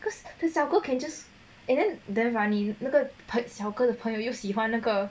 cause the 小哥 can just and then damn funny 那个 parts 那个小哥的朋友又喜欢那个